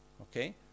okay